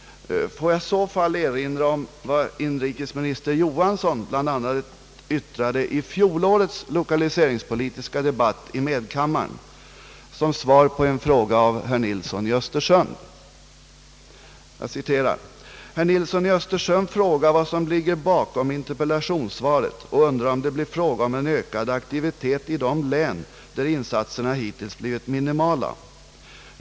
Får jag i så fall erinra om vad inrikesminister Johansson bl.a. yttrade i fjolårets lokaliseringspolitiska debatt i andra kammaren som svar på en fråga av herr Nilsson i Östersund. Inrikesministern svarade: »Herr Nilsson i Östersund frågar vad som ligger bakom interpellationssvaret och undrar om det blir fråga om en ökad aktivitet i de län, där insatserna hittills blivit minimala.